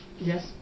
Yes